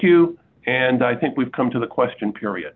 you and i think we've come to the question period